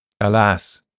Alas!—